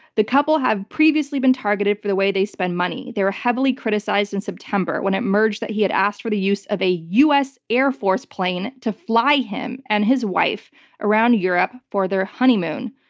the couple have previously been targeted for the way they spend money. they were heavily criticized in september when it emerged that he had asked for the use of a u. s. air force plane to fly him and his wife around europe for their honeymoon.